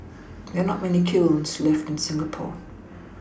there're not many kilns left in Singapore